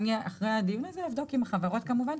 אחרי הדיון הזה אבדוק עם החברות כמובן.